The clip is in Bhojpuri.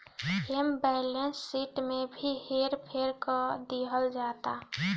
एमे बैलेंस शिट में भी हेर फेर क देहल जाता